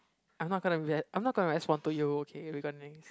I'm not gonna let I'm not gonna respond to you okay regarding this